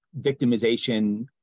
victimization